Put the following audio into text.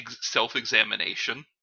self-examination